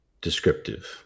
descriptive